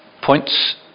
points